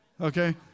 Okay